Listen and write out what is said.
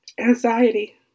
anxiety